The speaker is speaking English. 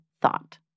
thought